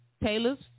Taylor's